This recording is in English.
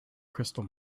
crystal